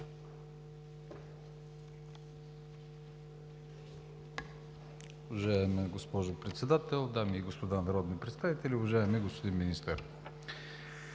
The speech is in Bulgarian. Уважаема госпожо Председател, дами и господа народни представители! Уважаеми господин Министър,